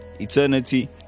eternity